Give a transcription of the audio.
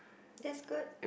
that's good